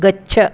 गच्छ